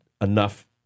enough